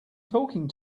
talking